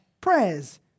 prayers